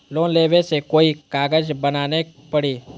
Loan लेबे ले कोई कागज बनाने परी?